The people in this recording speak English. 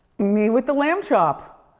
me with the lamb chop.